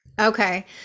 Okay